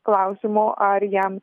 klausimo ar jam